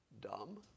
dumb